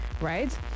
right